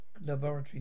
Laboratory